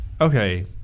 okay